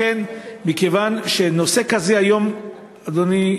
לכן, מכיוון שנושא כזה, אדוני היושב-ראש,